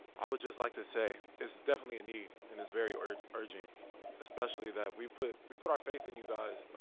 i would just like to say is definitely need. it and is very urgent urgent especially that we've put we put our faith in you guys.